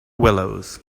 willows